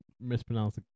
mispronounced